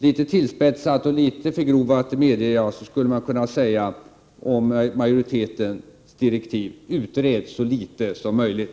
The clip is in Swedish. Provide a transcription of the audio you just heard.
Litet tillspetsat och litet förgrovat skulle man kunna säga om majoritetens direktiv: Utred så litet som möjligt.